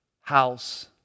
house